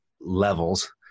levels